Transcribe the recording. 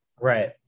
Right